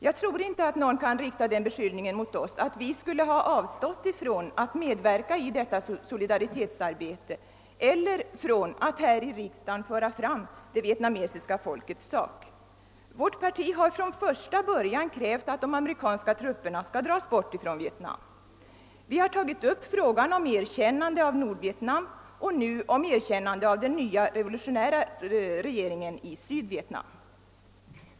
Jag tror inte att någon kan rikta den beskyllningen mot oss att vi skulle ha avstått från att medverka i detta solidaritetsarbete eller från att här i riksdagen föra fram det vietnamesiska folkets sak. Vårt parti har från första början krävt att de amerikanska trupperna skall dras bort från Vietnam. Vi har tagit upp frågan om erkännande av Nordvietnam och om erkännande av den nya revolutionära regeringen i Sydvietnam.